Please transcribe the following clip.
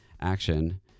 action